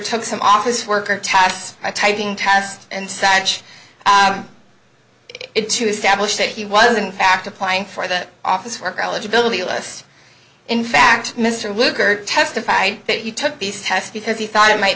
took some office worker tax typing test and such it to establish that he was in fact applying for the office for gullibility less in fact mr lugar testified that you took these tests because you thought it might